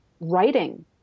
writing